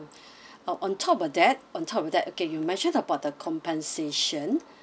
on on top of that on top of that okay you mentioned about the compensation